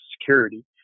security